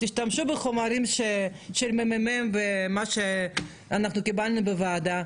תשתמשו בחומרים של הממ"מ ומה שאנחנו קיבלנו בוועדה.